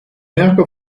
ärger